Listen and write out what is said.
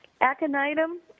aconitum